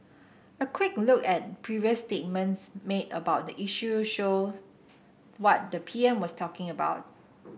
a quick look at previous statements made about the issue show what the P M was talking about